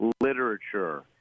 literature